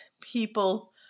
people